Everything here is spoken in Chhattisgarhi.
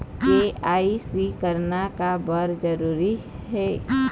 के.वाई.सी करना का बर जरूरी हे?